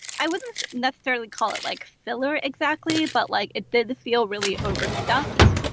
i wouldn't necessarily call it like filler exactly but like it did feel really overstuffed.